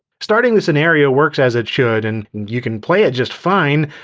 starting the scenario works as it should and you can play it just fine.